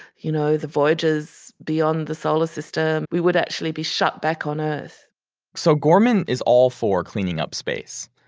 you know the voyages beyond the solar system, we would actually be shot back on earth so gorman is all for cleaning up space.